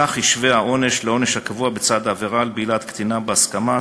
כך ישווה העונש לעונש הקבוע בצד העבירה על בעילת קטינה בהסכמה,